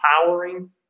empowering